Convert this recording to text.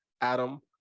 Adam